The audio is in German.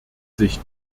sich